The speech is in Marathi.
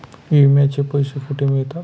विम्याचे पैसे कुठे मिळतात?